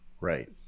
Right